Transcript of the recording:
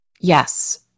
Yes